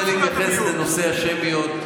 אני רוצה להתייחס לנושא השמיות.